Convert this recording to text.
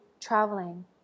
traveling